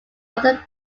other